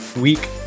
week